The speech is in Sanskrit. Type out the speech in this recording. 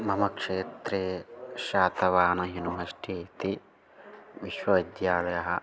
मम क्षेत्रे शातवाहन ह्युनिवश्टि इति विश्वविद्यालयः